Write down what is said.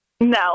no